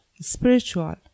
spiritual